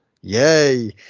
yay